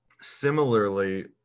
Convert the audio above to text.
Similarly